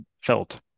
felt